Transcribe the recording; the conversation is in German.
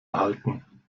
erhalten